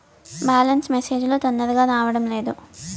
Balance message లు తొందరగా రావడం లేదు?